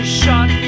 shot